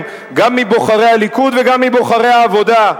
גם מבוחרי הליכוד וגם מבוחרי העבודה,